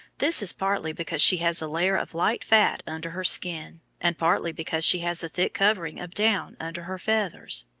this is partly because she has a layer of light fat under her skin, and partly because she has a thick covering of down under her feathers.